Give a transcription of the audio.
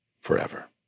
forever